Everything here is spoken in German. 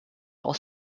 aus